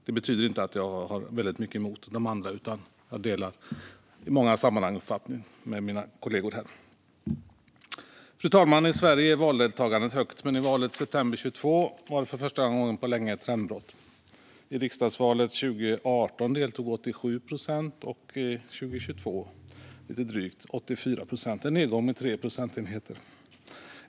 Det betyder inte att jag väldigt mycket emot de andra, utan jag delar i många sammanhang uppfattning med mina kollegor. I Sverige är valdeltagandet högt, men i valet i september 2022 var det för första gången på länge ett trendbrott. I riksdagsvalet 2018 deltog 87 procent och 2022 lite drygt 84 procent, alltså en nedgång med cirka 3 procentenheter.